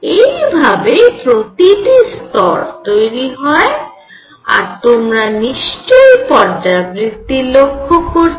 এই ভাবে প্রতিটি স্তর তৈরি হয় আর তোমরা নিশ্চয়ই পর্যাবৃত্তি লক্ষ্য করছ